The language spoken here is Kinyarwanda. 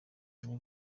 niba